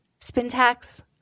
Spintax